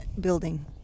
building